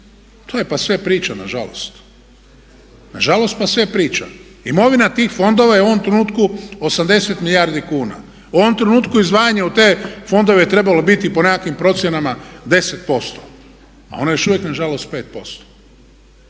To je passe priča nažalost. Imovina tih fondova je u ovom trenutku 80 milijardi kuna. U ovom trenutku izdvajanje u te fondove je trebalo biti po nekakvim procjenama 10%, a ono je još uvijek nažalost 5%.